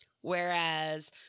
whereas